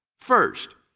first,